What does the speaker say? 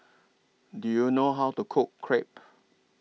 Do YOU know How to Cook Crepe